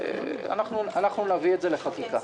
נביא את זה לחקיקה.